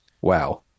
Wow